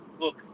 look